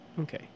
Okay